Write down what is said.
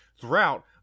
throughout